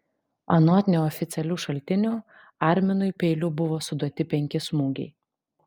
anot neoficialių šaltinių arminui peiliu buvo suduoti penki smūgiai